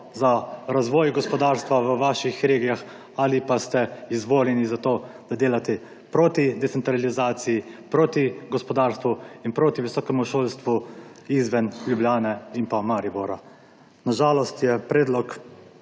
za razvoj gospodarstva v vaših regijah ali pa ste izvoljeni za to, da delate proti decentralizaciji, proti gospodarstvu in proti visokemu šolstvu izven Ljubljane in pa Maribora. Na žalost je predlog